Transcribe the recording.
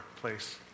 place